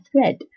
thread